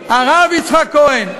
הרב יצחק כהן,